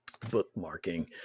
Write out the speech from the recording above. bookmarking